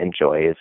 enjoys